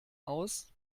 aus